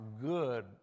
good